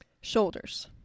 shoulders